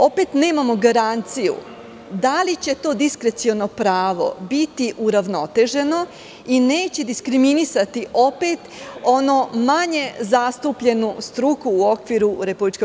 Opet nemamo garanciju da li će to diskreciono pravo biti uravnoteženo i neće diskriminasati opet onu manje zastupljenu struku u okviru RGZ.